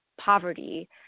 poverty